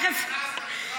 אבל את נכנסת למגרש.